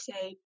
say